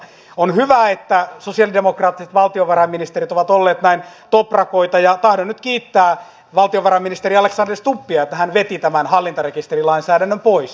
on hyvä että sosialidemokraattiset valtiovarainministerit ovat olleet näin toprakoita ja tahdon nyt kiittää valtionvarainministeri alexander stubbia että hän veti tämän hallintarekisterilainsäädännön pois